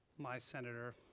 my senator.